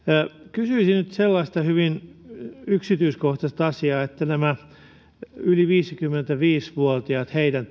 kysyisin nyt sellaista hyvin yksityiskohtaista asiaa liittyen yli viisikymmentäviisi vuotiaisiin heidän